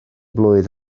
blwydd